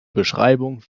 beschreibung